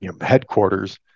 headquarters